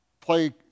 play